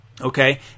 Okay